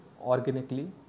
organically